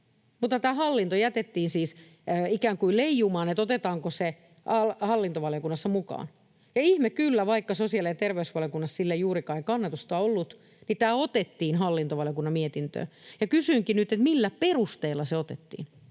mutta tämä hallinto jätettiin siis ikään kuin leijumaan, että otetaanko se hallintovaliokunnassa mukaan, ja ihme kyllä, vaikka sosiaali‑ ja terveysvaliokunnassa sille ei juurikaan kannatusta ollut, tämä otettiin hallintovaliokunnan mietintöön. Kysynkin nyt: millä perusteilla se otettiin?